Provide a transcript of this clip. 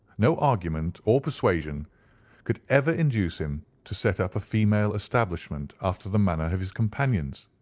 no argument or persuasion could ever induce him to set up a female establishment after the manner of his companions.